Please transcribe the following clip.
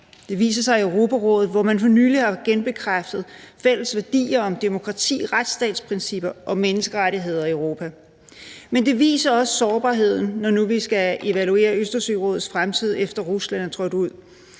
Det viser sig i Europarådet, hvor man for nylig har genbekræftet fælles værdier om demokrati, retsstatsprincipper og menneskerettigheder i Europa. Men det viser også sårbarheden, når nu vi skal evaluere Østersørådets fremtid, efter Rusland er trådt ud.